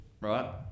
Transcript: right